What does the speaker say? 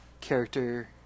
character